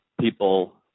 people